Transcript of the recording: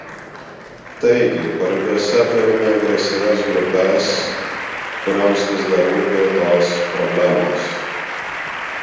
taigi paribiuose turime agresyvias grupes kurioms vis dar rūpi tos problemos